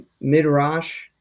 midrash